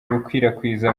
gukwirakwiza